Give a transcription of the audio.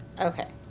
Okay